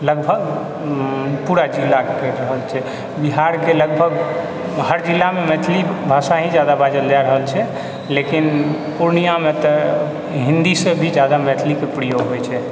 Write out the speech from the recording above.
लगभग पूरा जिला करि रहल छै बिहारके लगभग हर जिलामे मैथिली भाषा ही जादा बाजल जा रहल छै लेकिन पूर्णियामे तऽ हिन्दीसँ भी जादा मैथिलीके प्रयोग होइ छै